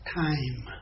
time